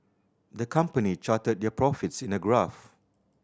the company charted their profits in a graph